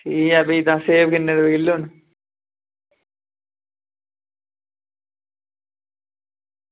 ठीक ऐ भी तां सेब किन्ने रपेऽ किलो न